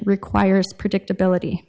requires predictability